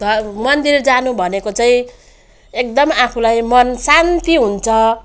ध मन्दिर जानु भनेको चाहिँ एकदम आफूलाई मन शान्ति हुन्छ